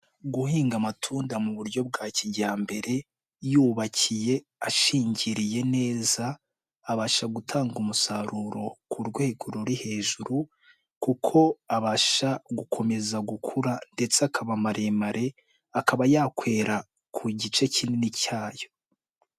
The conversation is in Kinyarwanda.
Guhinga amatunda muburyo bwa kijyambere, yubakiye, ashingiriye neza, abasha gutanga umusaruro, ku rwego ruri hejuru kuko abasha gukomeza gukura ndetse akaba maremare, akaba yakwera, ku gice kinini cyayo.